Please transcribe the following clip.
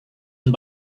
and